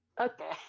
Okay